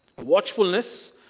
Watchfulness